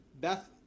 Beth